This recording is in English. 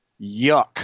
Yuck